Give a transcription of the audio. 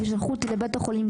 ושלחו אותי לבית החולים,